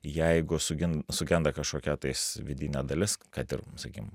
jeigu sugen sugenda kažkokia tais vidinė dalis kad ir sakykim